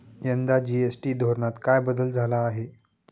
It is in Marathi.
यंदा जी.एस.टी धोरणात काय बदल झाला आहे?